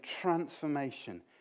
transformation